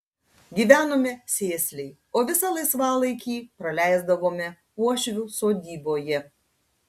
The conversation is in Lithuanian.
gyvenome sėsliai o visą laisvalaikį praleisdavome uošvių sodyboje